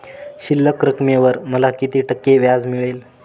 शिल्लक रकमेवर मला किती टक्के व्याज मिळेल?